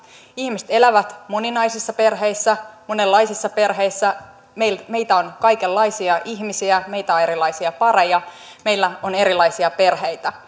ihmiset elävät moninaisissa perheissä monenlaisissa perheissä meitä on kaikenlaisia ihmisiä meitä on erilaisia pareja meillä on erilaisia perheitä